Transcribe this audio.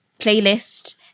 playlist